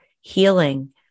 healing